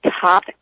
top